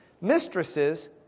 Mistresses